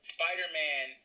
Spider-Man